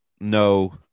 no